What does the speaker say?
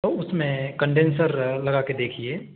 तो उसमें कंडेन्सर लगा के देखिए